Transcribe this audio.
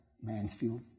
Mansfield